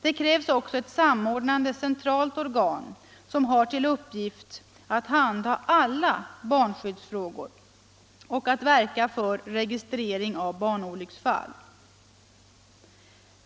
Därför krävs också ett samordnande centralt organ, som har till uppgift att handha alla barnskyddsfrågorna och att verka för registrering av barnolycksfall.